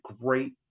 great